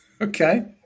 Okay